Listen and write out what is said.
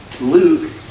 Luke